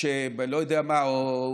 לא יודע מה,